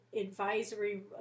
advisory